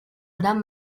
gran